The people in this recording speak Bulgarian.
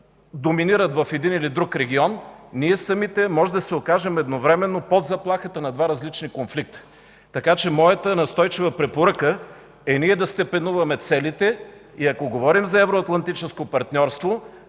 доминират в един или друг регион, ние самите можем да се окажем едновременно под заплахата на два различни конфликта. Така че моята настойчива препоръка е ние да степенуваме целите и ако говорим за евроатлантическо партньорство,